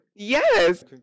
Yes